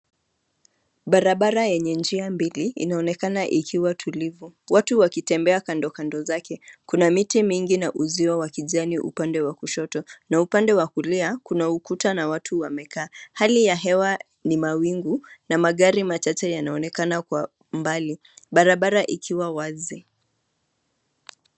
Barabara yenye njia mbili, inaonekana ikiwa tulivu watu wakitembea kandokando zake, kuna miti mingi na uzio wa kijani upande wa kushoto na upande wa kulia kuna ukuta na watu wamekaa. Hali ya hewa ni mawingu na magari machache yanaonekana kwa mbali, barabara ikiwa wazi.